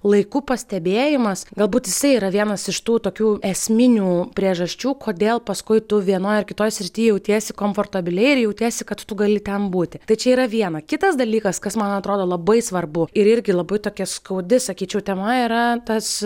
laiku pastebėjimas galbūt jisai yra vienas iš tų tokių esminių priežasčių kodėl paskui tu vienoj ar kitoj srity jautiesi komfortabiliai ir jautiesi kad tu gali ten būti tai čia yra viena kitas dalykas kas man atrodo labai svarbu ir irgi labai tokia skaudi sakyčiau tema yra tas